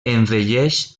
envelleix